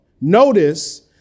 Notice